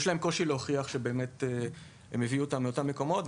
יש להם קושי להוכיח שהם באמת הביאו אותם מאותם מקומות,